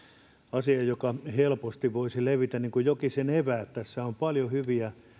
asia joka helposti voisi levitä niin kuin jokisen eväät tässä on paljon hyviä